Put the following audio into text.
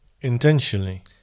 Intentionally